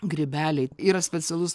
grybeliai yra specialus